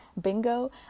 Bingo